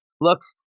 looks